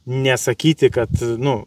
nesakyti kad nu